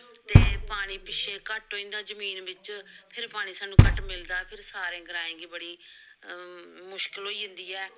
ते पानी पीने घट्ट होई जंदा जमीन बिच्च फिर पानी सानूं घट्ट मिलदा फिर सारें ग्राएं गी बड़ी मुश्कल होई जंदी ऐ